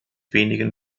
wenigen